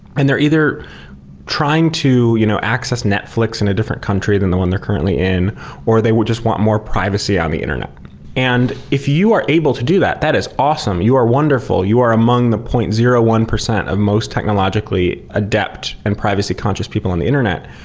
and they're either trying to you know access netflix in a different country than the one they're currently in or they just want more privacy on the internet and if you are able to do that, that is awesome. you are wonderful. you are among the point zero one zero of most technologically-adept and privacy conscious people on the internet.